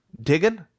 digging